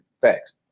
Facts